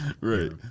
Right